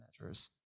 measures